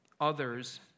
others